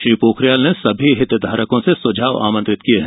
श्री पोखरियाल ने सभी हितधारकों से सुझाव आमंत्रित किए हैं